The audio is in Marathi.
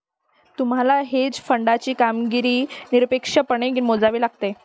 तुम्हाला हेज फंडाची कामगिरी निरपेक्षपणे मोजावी लागेल